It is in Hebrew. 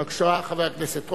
בבקשה, חבר הכנסת רותם.